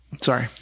Sorry